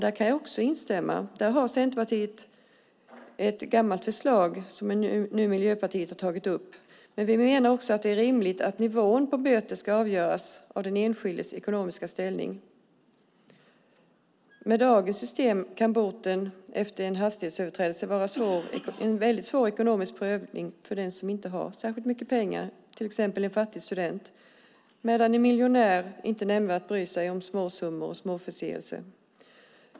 Det kan jag också instämma i - det är ett gammalt centerpartistiskt förslag som Miljöpartiet nu har tagit upp. Vi menar också att det är rimligt att nivån på böter ska avgöras av den enskildes ekonomiska ställning. Med dagens system kan boten efter en hastighetsöverträdelse vara en svår prövning för den som inte har särskilt mycket pengar, till exempel en fattig student, medan en miljonär inte nämnvärt bryr sig om små summor och små förseelser.